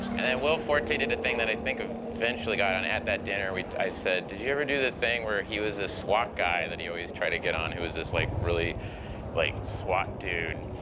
and then, will forte did a thing that i think eventually got on. at that dinner, i said, did you ever do the thing where he was a swat guy that he always tried to get on, who was this like really like swat dude.